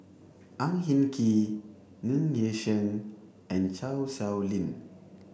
Ang Hin Kee Ng Yi Sheng and Chan Sow Lin